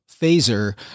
phaser